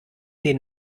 den